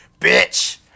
Bitch